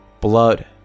blood